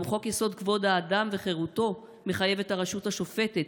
גם חוק-יסוד: כבוד האדם וחירותו מחייב את הרשות השופטת